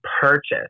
purchase